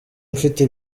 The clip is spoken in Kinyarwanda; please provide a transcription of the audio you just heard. mfite